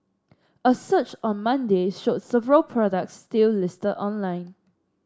a search on Monday showed several products still listed online